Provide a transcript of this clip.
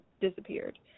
disappeared